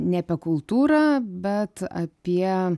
ne apie kultūrą bet apie